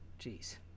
Jeez